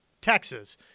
Texas